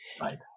Right